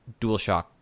DualShock